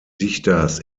dichters